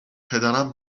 پدرم